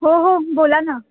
हो हो बोला ना